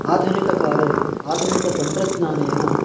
आधुनिककाले आधुनिकतन्त्रज्ञानेन